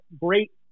great